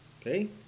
Okay